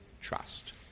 trust